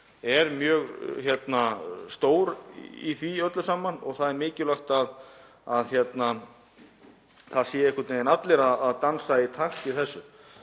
er mjög stór í því öllu saman og það er mikilvægt að það séu einhvern veginn allir að dansa í takt í þessu.